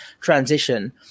transition